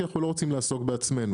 כי אנחנו לא רוצים לעסוק בעצמנו,